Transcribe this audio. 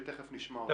ותכף נשמע אותו.